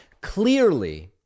clearly